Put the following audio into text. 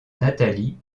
natalie